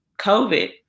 COVID